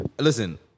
listen